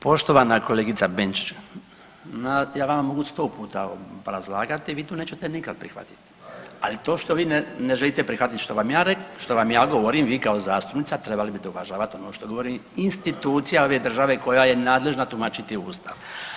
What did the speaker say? Poštovana kolegice Benčić, ja vama mogu sto puta obrazlagati, vi to nećete nikad prihvatiti, ali to što vi ne želite prihvatiti što vam ja govorim, vi kao zastupnica trebali bite uvažavat ono što govori institucija ove države koja je nadležna tumačiti ustav.